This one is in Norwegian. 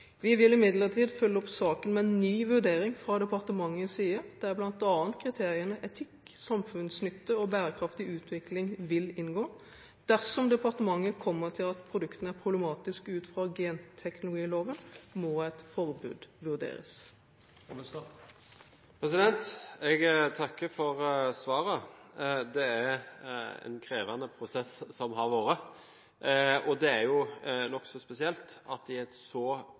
Vi vil imidlertid følge opp saken med en ny vurdering fra departementets side, der bl.a. kriteriene etikk, samfunnsnytte og bærekraftig utvikling vil inngå. Dersom departementet kommer til at produktene er problematiske ut fra genteknologiloven, må et forbud vurderes. Jeg takker for svaret. Det har vært en krevende prosess, og det er nokså spesielt at i et så